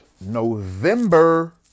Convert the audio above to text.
November